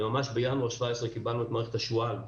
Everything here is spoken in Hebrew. ממש בינואר 2017 קיבלנו את מערכת השוע"ל,